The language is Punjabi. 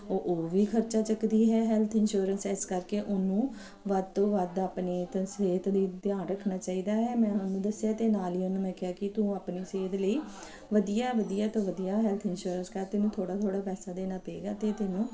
ਉਹ ਉਹ ਵੀ ਖਰਚਾ ਚੱਕਦੀ ਹੈ ਹੈਲਥ ਇੰਸ਼ੋਰੈਂਸ ਇਸ ਕਰਕੇ ਉਹਨੂੰ ਵੱਧ ਤੋਂ ਵੱਧ ਆਪਣਾ ਅਤੇ ਸਿਹਤ ਦਾ ਧਿਆਨ ਰੱਖਣਾ ਚਾਹੀਦਾ ਹੈ ਮੈਂ ਉਹਨੂੰ ਦੱਸਿਆ ਅਤੇ ਨਾਲ ਹੀ ਉਹਨੂੰ ਮੈਂ ਕਿਹਾ ਕਿ ਤੂੰ ਆਪਣੀ ਸਿਹਤ ਲਈ ਵਧੀਆ ਵਧੀਆ ਤੋਂ ਵਧੀਆ ਹੈਲਥ ਇੰਸ਼ੋਰੈਂਸ ਕਰ ਤੇਨੂੰ ਥੋੜ੍ਹਾ ਥੋੜ੍ਹਾ ਪੈਸਾ ਦੇਣਾ ਪਏਗਾ ਅਤੇ ਤੇਨੂੰ